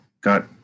got